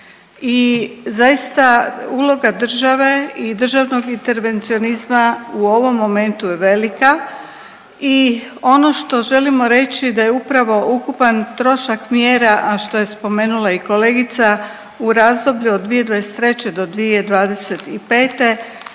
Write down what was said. i zaista uloga države i državnog intervencionizma u ovom momentu je velika i ono što želimo reći da je upravo ukupan trošak mjera, a što je spomenula i kolegica u razdoblju od 2023.-2025.